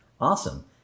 awesome